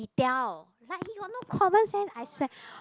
he tell like he got no common sense I swear